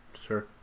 Sure